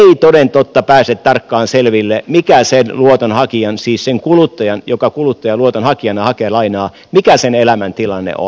luoton myöntäjä ei toden totta pääse tarkkaan selville mikä sen luotonhakijan siis sen kuluttajan joka kuluttaja luotonhakijana hakee lainaa elämäntilanne on